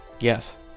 Yes